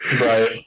Right